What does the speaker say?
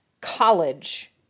college